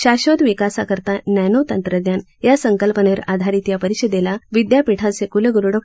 शाश्वत विकासाकरता नॅनो तंत्रज्ञान या संकल्पनेवर आधारित या परिषदेला विद्यापीठाचे क्लग्रु डॉ